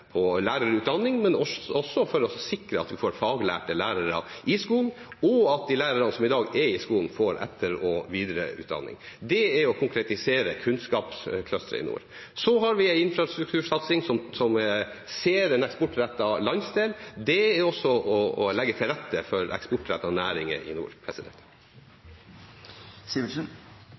på lærerutdanning for å sikre at vi får faglærte lærere i skolen, og på at de lærerne som er i skolen i dag, får etter- og videreutdanning. Det er å konkretisere Kunnskapsløftet i nord. Så har vi en infrastruktursatsing som ser en eksportrettet landsdel. Det er også å legge til rette for eksportrettede næringer i nord.